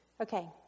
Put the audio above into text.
Okay